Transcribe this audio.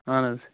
اَہَن حظ